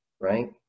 right